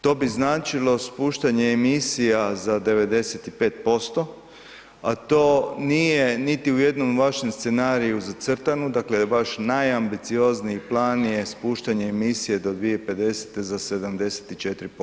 To bi značilo spuštanje emisija za 95% a to nije niti u jednom vašem scenariju zacrtano dakle vaš najambiciozniji plan je spuštanje emisija do 2050. za 74%